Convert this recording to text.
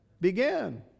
began